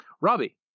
Robbie